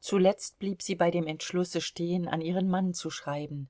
zuletzt blieb sie bei dem entschlusse stehen an ihren mann zu schreiben